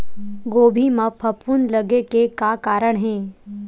गोभी म फफूंद लगे के का कारण हे?